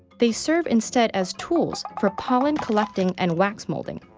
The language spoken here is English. they serve instead as tools for pollen-collecting and wax-molding.